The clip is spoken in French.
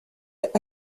est